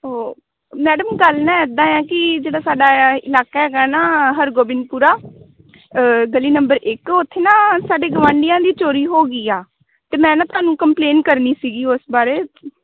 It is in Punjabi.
ਓ ਮੈਡਮ ਗੱਲ ਨਾ ਇੱਦਾਂ ਆ ਕਿ ਜਿਹੜਾ ਸਾਡਾ ਇਲਾਕਾ ਹੈਗਾ ਨਾ ਹਰਗੋਬਿੰਦਪੁਰਾ ਗਲੀ ਨੰਬਰ ਇੱਕ ਉੱਥੇ ਨਾ ਸਾਡੀ ਗਵਾਂਡੀਆਂ ਦੀ ਚੋਰੀ ਹੋ ਗਈ ਆ ਅਤੇ ਮੈਂ ਨਾ ਤੁਹਾਨੂੰ ਕੰਪਲੇਨ ਕਰਨੀ ਸੀਗੀ ਉਸ ਬਾਰੇ